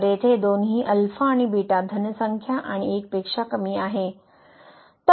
तर येथे दोन्हीहि अल्फा आणि बीटा धन संख्या आणि 1 पेक्षा कमी आहे